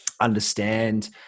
understand